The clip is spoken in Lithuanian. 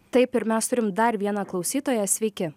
taip ir mes turim dar vieną klausytoją sveiki